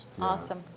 Awesome